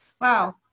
Wow